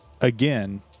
again